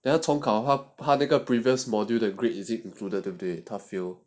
then 他重考的话他那个 previous module 的 grade is it included 对不对他 fail